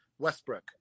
Westbrook